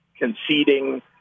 conceding